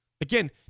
again